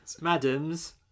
Madams